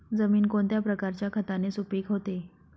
जमीन कोणत्या प्रकारच्या खताने सुपिक होते?